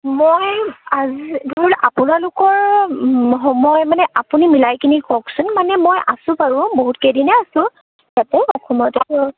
মই মই আপোনালোকৰ মই মানে আপুনি মিলাইকেনি কওকচোন মানে মই আছোঁ বাৰু বহুত কেইদিনে আছোঁ ইয়াতে অসমতে